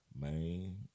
Man